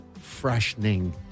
Freshening